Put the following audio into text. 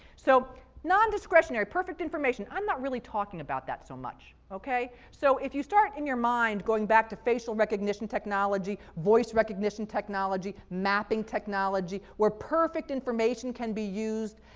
so nondiscretionary, perfect information. i'm not really talking about that so much, okay? so if you start in your mind going back to facial recognition technology, voice recognition technology, mapping technology where perfect information can be used,